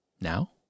now